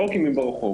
לומר: